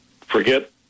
forget